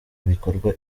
bikorwa